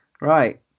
Right